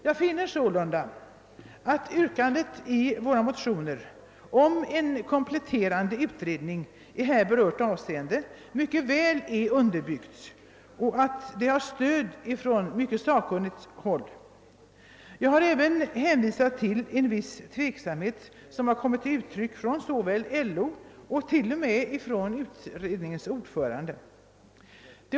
Jag finner således att yrkandet i våra motioner om en kompletterande utredning i här berört avseende är starkt underbyggt och har stöd från mycket sakkunnigt håll. Jag har även hänvisat till att en viss tveksamhet har uttryckts såväl av LO som t.o.m. av utredningens ordförande.